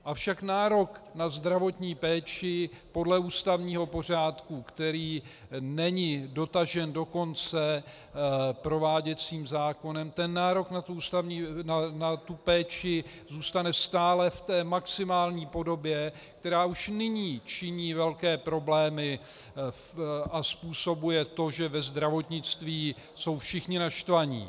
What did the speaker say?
Avšak nárok na zdravotní péči podle ústavního pořádku, který není dotažen do konce prováděcím zákonem, ten nárok na péči zůstane stále v maximální podobě, která už nyní činí velké problémy a způsobuje to, že ve zdravotnictví jsou všichni naštvaní.